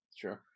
true